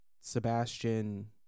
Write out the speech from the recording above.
Sebastian